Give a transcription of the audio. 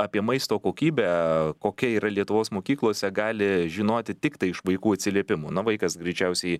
apie maisto kokybę kokia yra lietuvos mokyklose gali žinoti tiktai iš vaikų atsiliepimų na vaikas greičiausiai